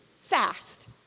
fast